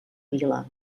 vila